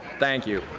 thank you.